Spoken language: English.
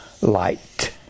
light